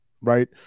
right